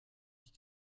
ich